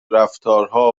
رفتارها